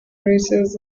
races